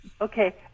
Okay